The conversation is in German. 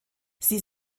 sie